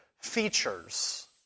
features